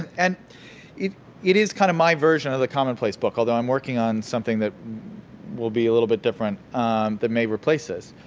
and it it is kind of my version of the commonplace book, although, i'm working on something that will be a little bit different that may replace this.